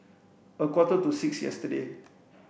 a quarter to six yesterday